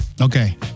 Okay